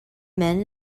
men